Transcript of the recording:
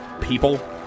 people